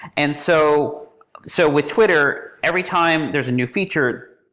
and so so with twitter, every time there's a new feature,